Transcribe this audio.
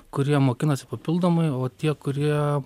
kurie mokinasi papildomai o tie kurie